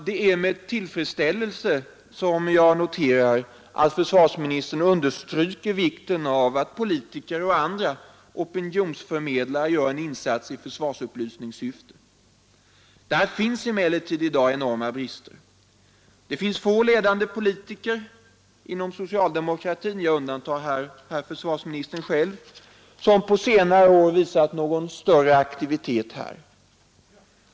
Det är med tillfredsställelse jag noterar att försvarsministern understryker vikten av att politiker och andra opinionsförmedlare gör en insats i försvarsupplysningssyfte. Där finns emellertid i dag enorma brister. Få ledande politiker inom socialdemokratin — jag undantar herr försvarsministern själv — har på senare år visat någon större aktivitet i detta avseende.